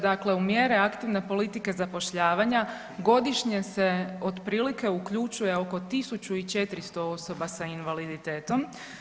Dakle u mjere aktivne politike zapošljavanja godišnje se otprilike uključuje oko 1400 osoba sa invaliditetom.